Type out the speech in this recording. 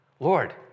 Lord